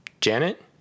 Janet